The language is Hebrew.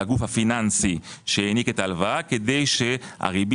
לגוף הפיננסי שנתן את ההלוואה כדי שהריבית